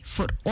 Voor